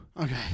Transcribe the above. Okay